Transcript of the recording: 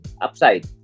upside